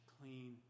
clean